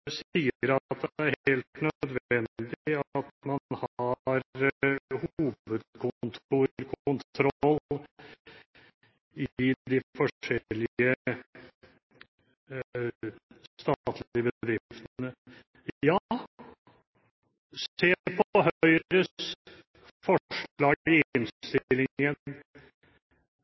sier at det er helt nødvendig at man har hovedkontorkontroll i de forskjellige statlige bedriftene. Ja, se på Høyres forslag